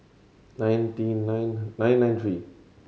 nineteen nine nine nine three